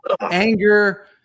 anger